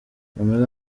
pamela